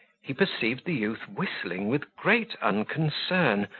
he perceived the youth whistling with great unconcern,